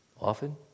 often